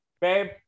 Babe